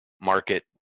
market